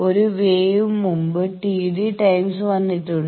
ഒരു വേവ് മുമ്പ് Td time വന്നിട്ടുണ്ട്